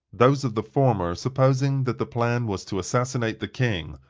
those of the former supposing that the plan was to assassinate the king,